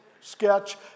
sketch